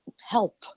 help